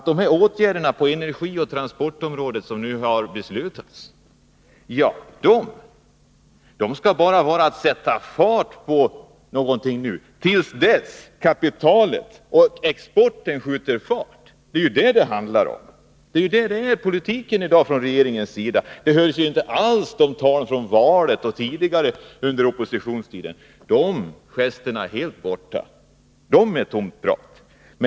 De åtgärder på energioch transportområdet som vi nu har beslutat om skall bara vara till för att sätta fart på någonting, tills exporten skjuter fart — det är vad regeringspolitiken i dag handlar om. Det hördes ingenting om detta i valrörelsen eller tidigare under oppositionstiden. Det man sade då var tydligen bara tomt prat.